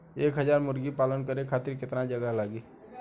एक हज़ार मुर्गी पालन करे खातिर केतना जगह लागी?